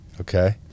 Okay